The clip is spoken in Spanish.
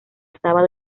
sábado